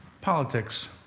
politics